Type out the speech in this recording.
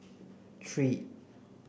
three